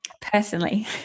personally